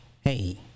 hey